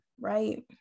right